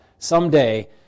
Someday